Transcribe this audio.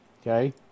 Okay